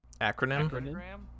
acronym